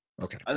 Okay